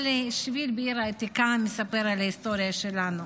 כל שביל בעיר העתיקה מספר על ההיסטוריה שלנו.